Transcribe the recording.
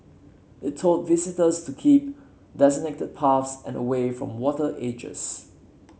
it told visitors to keep designated paths and away from water edges